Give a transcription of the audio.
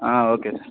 ah okay sir